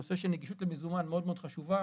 הנושא של נגישות למזומן מאוד מאוד חשובה,